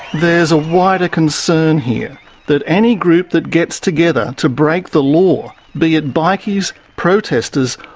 there's a wider concern here that any group that gets together to break the law, be it bikies, protesters,